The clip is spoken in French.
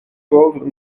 pauvres